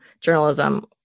journalism